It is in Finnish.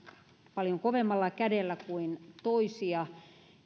paljon kovemmalla kädellä kuin toisia